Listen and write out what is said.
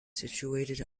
situated